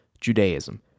Judaism